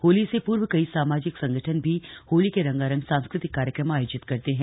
होली से पूर्व कई सामाजिक संगठन भी होली के रंगारंग सांस्कृतिक कार्यक्रम आयोजित करते है